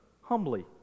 humbly